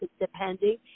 depending